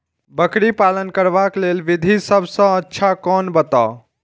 बकरी पालन करबाक लेल विधि सबसँ अच्छा कोन बताउ?